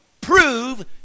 prove